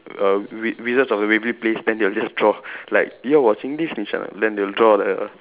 err wi~ Wizards of the Waverly Place then they will just draw like you are watching Disney channel then they will draw the